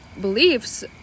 beliefs